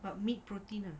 but meat protein ah